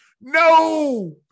no